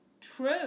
True